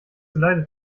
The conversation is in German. zuleide